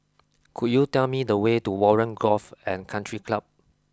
could you tell me the way to Warren Golf and Country Club